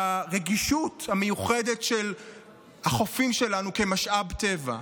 ברגישות המיוחדת של החופים שלנו כמשאב טבע.